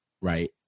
Right